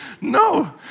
No